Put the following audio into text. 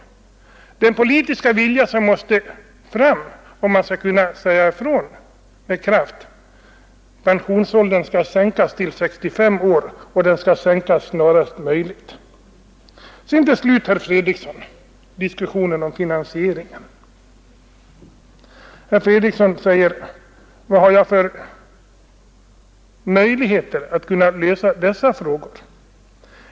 Vad som erfordras är att den politiska viljan finns, att man kan säga ifrån med kraft: Pensionsåldern skall sänkas till 65 år och den skall sänkas snarast möjligt. Vad till slut diskussionen om finansieringen beträffar, så undrar herr Fredriksson vilka möjligheter jag har att lösa den frågan.